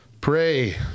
Pray